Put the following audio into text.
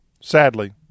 Sadly